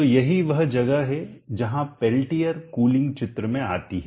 तो यही वह जगह है जहाँ पेल्टियर कूलिंग चित्र में आती है